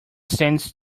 stands